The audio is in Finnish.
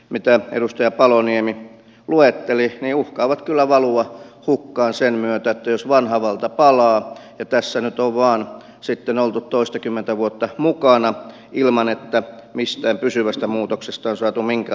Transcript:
mitä edustaja paloniemi luetteli uhkaavat kyllä valua hukkaan sen myötä jos vanha valta palaa ja tässä nyt tuo vaan sitten oltu toistakymmentä vuotta mukana ilman että mistään pysyvästä muutoksesta on saatu minkä